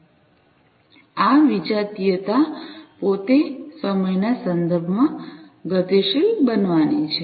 અને આ વિજાતીયતા પોતે સમયના સંદર્ભમાં ગતિશીલ બનવાની છે